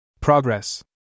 Progress